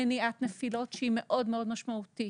מניעת נפילות, שהיא מאוד מאוד משמעותית